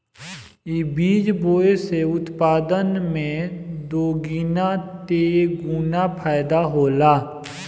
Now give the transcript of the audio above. इ बीज बोए से उत्पादन में दोगीना तेगुना फायदा होला